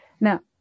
now